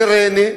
מריינה,